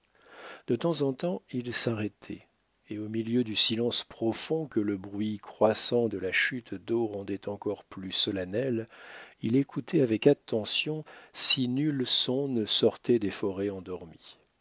de temps en temps il s'arrêtait et au milieu du silence profond que le bruit croissant de la chute d'eau rendait encore plus solennel il écoutait avec attention si nul son ne sortait des forêts endormies